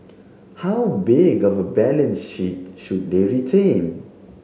how big of a balance sheet should they retain